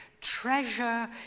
Treasure